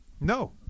no